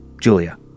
Julia